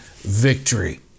victory